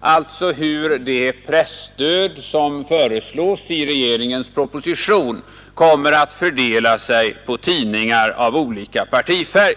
alltså hur det presstöd som föreslås i regeringens proposition, kommer att fördela sig på tidningar av olika partifärg.